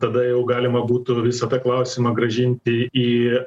tada jau galima būtų visą tą klausimą grąžinti į